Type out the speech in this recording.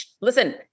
listen